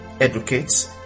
educates